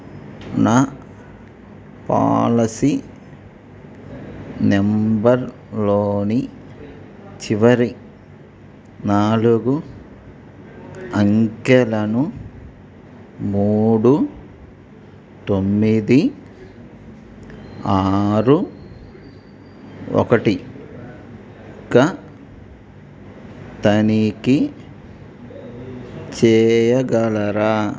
నా policy number లోని చివరి నాలుగు అంకెలను మూడు తొమ్మిది ఆరు ఒకటిగా తనిఖీ చేయగలరా